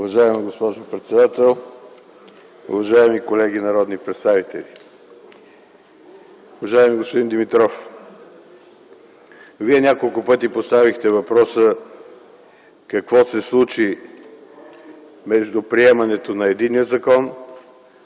Уважаема госпожо председател, уважаеми колеги народни представители! Уважаеми господин Димитров, Вие няколко пъти поставихте въпроса какво се случва между приемането на единия закон